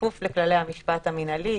כפוף לכללי המשפט המנהלי.